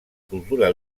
cultura